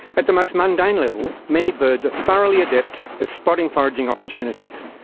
at the most mundane level, many birds are thoroughly adept at spotting foraging opportunities.